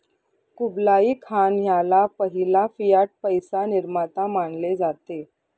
Kublai Khan ह्याला पहिला fiat पैसा निर्माता मानले जाते